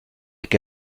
que